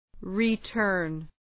Return